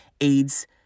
AIDS